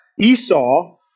Esau